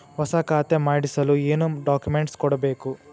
ಹೊಸ ಖಾತೆ ಮಾಡಿಸಲು ಏನು ಡಾಕುಮೆಂಟ್ಸ್ ಕೊಡಬೇಕು?